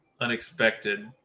unexpected